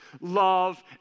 love